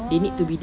oh